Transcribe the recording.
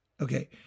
okay